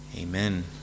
amen